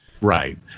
Right